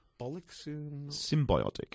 Symbiotic